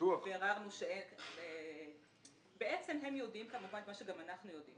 הם יודעים את מה שגם אנחנו יודעים